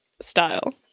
style